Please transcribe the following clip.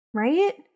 Right